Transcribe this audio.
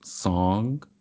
Song